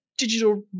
Digital